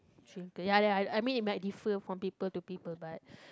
ya ya I mean it might defer from people to people but